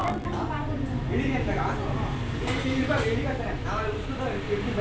plumeria ಅಂತ ವಿಜ್ಞಾನದಲ್ಲಿ ಸಂಪಿಗೆಗೆ ಇರೋ ಹೆಸ್ರು ಭಾರತದಲ್ಲಿ ಇದ್ನ ಚಂಪಾಪುಷ್ಪ ಅಂತ ಕರೀತರೆ